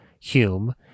Hume